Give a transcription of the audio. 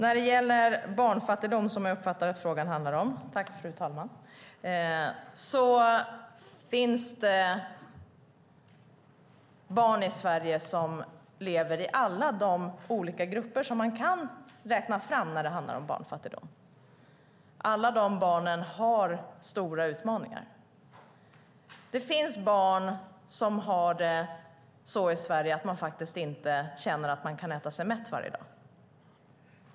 Fru talman! När det gäller barnfattigdom, som jag uppfattar att frågan handlar om, vill jag säga att det finns barn i Sverige som lever i alla de olika grupper som man kan räkna fram när det handlar om barnfattigdom. Alla de barnen har stora utmaningar. Det finns barn i Sverige som har det så att man inte känner att man kan äta sig mätt varje dag.